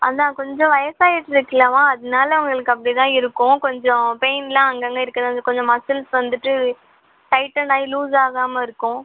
அதுதான் கொஞ்சம் வயசாகிட்ருக்குல்லம்மா அதனால் உங்களுக்கு அப்படிதான் இருக்கும் கொஞ்சம் பெயின்லாம் அங்கங்கே இருக்க தான் செய்யும் கொஞ்சம் மசில்ஸ் வந்துட்டு டைட்டெண்ட்ன் ஆகி லூஸ் ஆகாமல் இருக்கும்